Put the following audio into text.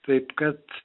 taip kad